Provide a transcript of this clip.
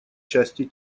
части